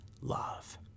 love